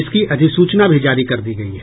इसकी अधिसूचना भी जारी कर दी गयी है